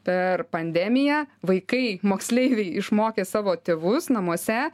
per pandemiją vaikai moksleiviai išmokė savo tėvus namuose